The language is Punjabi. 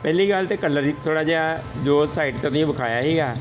ਪਹਿਲੀ ਗੱਲ ਤਾਂ ਕਲਰ ਹੀ ਥੋੜ੍ਹਾ ਜਿਹਾ ਜੋ ਸਾਈਟ 'ਤੇ ਤੁਸੀਂ ਵਿਖਾਇਆ ਸੀਗਾ